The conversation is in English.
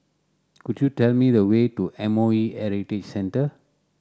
could you tell me the way to M O E Heritage Centre